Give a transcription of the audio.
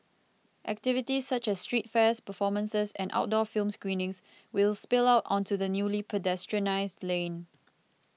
activities such as street fairs performances and outdoor film screenings will spill out onto the newly pedestrianised lane